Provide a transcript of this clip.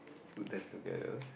good time together